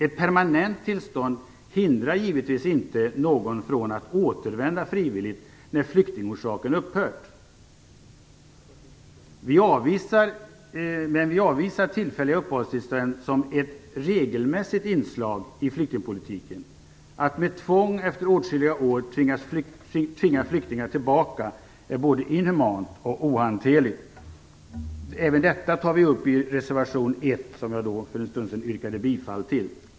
Ett permanent tillstånd hindrar givetvis inte någon från att frivilligt återvända när flyktingorsaken upphört. Vi avvisar tillfälliga uppehållstillstånd som ett regelmässigt inslag i flyktingpolitiken. Att efter åtskilliga år tvinga flyktingar tillbaka är både inhumant och ohanterligt. Även detta tar vi upp i reservation 1 som jag för en stund sedan yrkade bifall till.